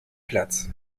platz